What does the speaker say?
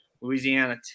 Louisiana